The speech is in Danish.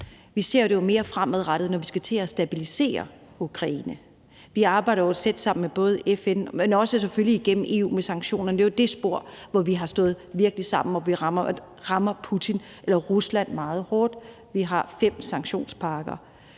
Vi ser det mere fremadrettet, når vi skal til at stabilisere Ukraine. Vi arbejder tæt sammen med både FN, men selvfølgelig også igennem EU i forhold til sanktionerne. Det er jo det spor, vi har stået virkelig sammen om, og hvor vi rammer Putin eller Rusland meget hårdt. Vi har fem sanktionspakker.